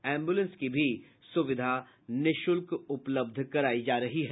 ambulance की भी सुविधा निःशुल्क उपलब्ध करायी जा रही है